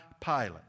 Pilate